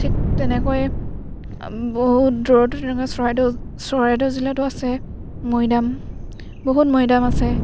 ঠিক তেনেকৈ বহুত দূৰতো তেনেকুৱা চৰাইদেউ চৰাইদেউ জিলাতো আছে মৈদাম বহুত মৈদাম আছে